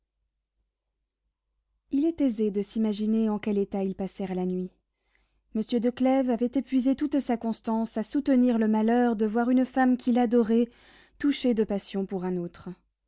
il est aisé de s'imaginer en quel état ils passèrent la nuit monsieur de clèves avait épuisé toute sa constance à soutenir le malheur de voir une femme qu'il adorait touchée de passion pour un autre